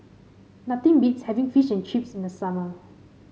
nothing beats having Fish and Chips in the summer